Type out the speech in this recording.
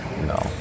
No